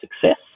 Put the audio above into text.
success